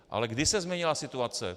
Ale kdy se změnila situace?